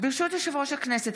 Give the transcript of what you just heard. ברשות יושב-ראש הכנסת,